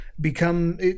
become